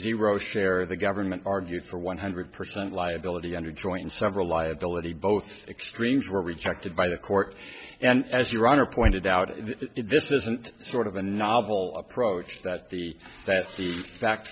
zero share the government argued for one hundred percent liability under joint several liability both extremes were rejected by the court and as your honor pointed out it just isn't sort of the novel approach that the that's the fact